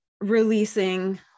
releasing